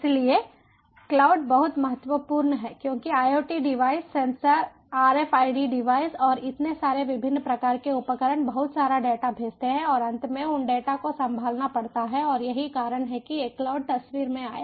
इसलिए क्लाउड बहुत महत्वपूर्ण है क्योंकि IoT device sensor RFID device और इतने सारे विभिन्न प्रकार के उपकरण बहुत सारा डेटा भेजते हैं और अंत में उन डेटा को संभालना पड़ता है और यही कारण है कि एक क्लाउड तस्वीर में आया